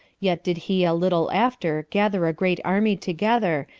yet did he a little after gather a great army together,